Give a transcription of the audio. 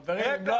חברים,